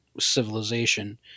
civilization